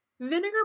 Vinegar